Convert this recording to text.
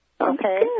Okay